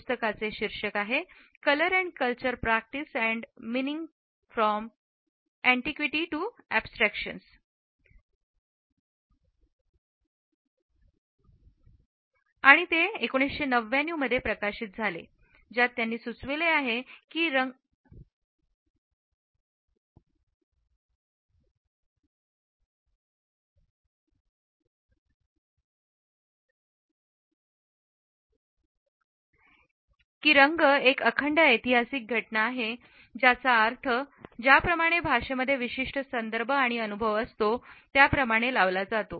पुस्तकाचे शीर्षक " colour and culture practice and meaning from antiquity to abstraction आणि ते 1999 मध्ये प्रकाशित झाले ज्यात त्याने सुचविले आहे की रंग एक अखंड ऐतिहासिक घटना आहे ज्याचा अर्थ ज्याप्रमाणे भाषेमध्ये विशिष्ट संदर्भ आणि अनुभव असतो त्याप्रमाणे लावला जातो